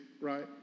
right